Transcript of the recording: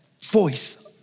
voice